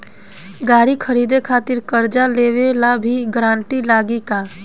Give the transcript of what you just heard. गाड़ी खरीदे खातिर कर्जा लेवे ला भी गारंटी लागी का?